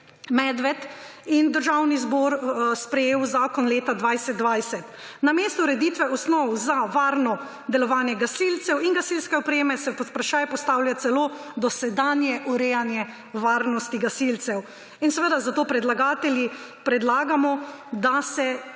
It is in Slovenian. Medved in državni zbor sprejela leta 2020. Namesto ureditve osnov za varno delovanje gasilcev in gasilske opreme se pod vprašaj postavlja celo dosedanje urejanje varnosti gasilcev. Seveda zato predlagatelji predlagamo, da se